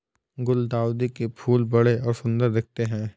गुलदाउदी के फूल बड़े और सुंदर दिखते है